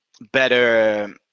better